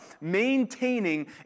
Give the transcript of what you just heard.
maintaining